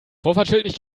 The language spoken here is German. vorfahrtsschild